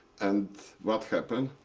and what happened?